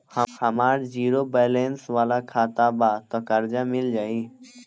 हमार zero balance वाला खाता बा त कर्जा मिल जायी?